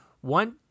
One